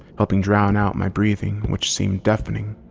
helping drown out my breathing which seemed deafening.